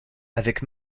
avec